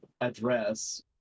address